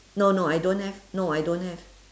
no no I don't have no I don't have